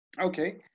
Okay